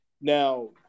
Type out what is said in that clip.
Now